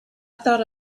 thought